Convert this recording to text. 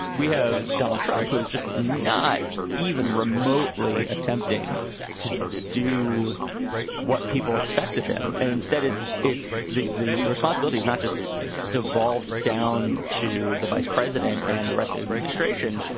we have donald trump, who is just not even remotely attempting to do what people expect of him. and instead, it's it's the the responsibility is not just devolved down to the vice president and the rest of administration.